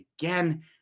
again